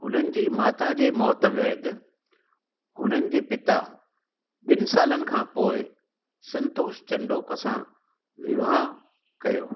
हुननि जी माता जे मौत बैदि हुननि जे पिता ॿिनि सालनि खां पोइ संतोष चंडोक सां विहाउं कयो